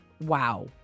wow